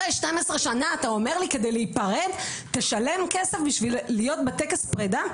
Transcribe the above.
אחרי 12 שנה אתה אומר לי - כדי להיפרד תשלם כסף בשביל להיות בטקס פרידה?